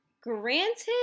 Granted